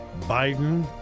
Biden